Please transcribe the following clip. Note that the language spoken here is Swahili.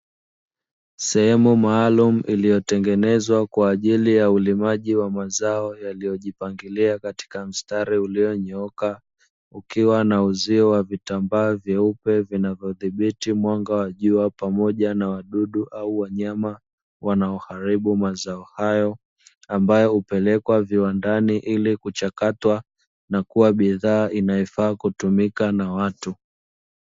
Sehemu maalumu iliyotengenezwa kwa ajili ya ulimaji wa mazao yaliyojipangilia katika mstari ulionyooka, ukiwa na uzio wa vitambaa vyeupe vinavyodhibiti mwanga wa jua pamoja na wadudu au wanyama wanaoharibu mazao hayo; ambayo hupelekwa viwandani ili kuchakatwa na kuwa bidhaa inayofaa kutumika na watu.